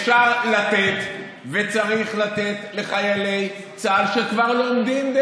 אפשר לתת וצריך לתת לחיילי צה"ל שכבר לומדים,